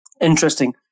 Interesting